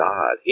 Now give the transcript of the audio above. God